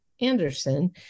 Anderson